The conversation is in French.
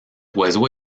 oiseau